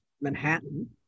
Manhattan